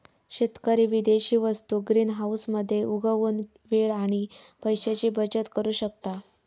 शेतकरी विदेशी वस्तु ग्रीनहाऊस मध्ये उगवुन वेळ आणि पैशाची बचत करु शकता